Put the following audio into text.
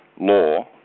law